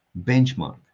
benchmark